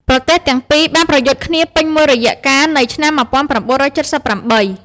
ប្រទេសទាំងពីរបានប្រយុទ្ធគ្នាពេញមួយរយៈកាលនៃឆ្នាំ ១៩៧៨។